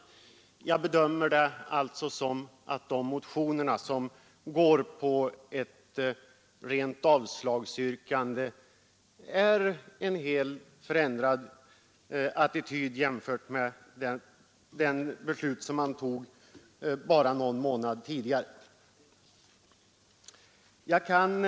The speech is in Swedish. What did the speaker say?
Jag anser alltså att motionärerna som yrkar avslag intar en helt förändrad attityd nu jämfört med den attityd de hade för bara några månader sedan.